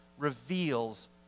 reveals